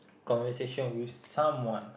conversation with someone